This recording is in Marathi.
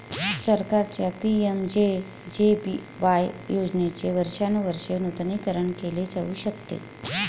सरकारच्या पि.एम.जे.जे.बी.वाय योजनेचे वर्षानुवर्षे नूतनीकरण केले जाऊ शकते